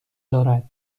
دارد